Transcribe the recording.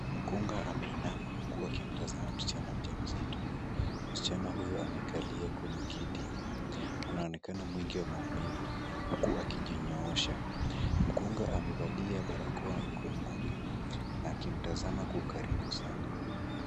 Mkunga ameinama huku akimtazama msichana mjamzito. Msichana huyo amekalia kwenye kiti, anaonekana mwingi wa maumivu huku akijinyoosha. Mkunga amevalia barakoa mdomoni na akimtazama kwa ukaribu sana.